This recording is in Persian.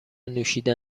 نوشیدن